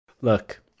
Look